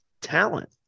talent